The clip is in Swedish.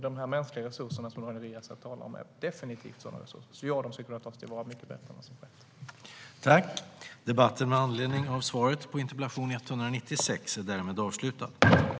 De mänskliga resurser som Daniel Riazat talar om är definitivt sådana resurser, och det är riktigt att de skulle kunna tas till vara mycket bättre än vad som har skett.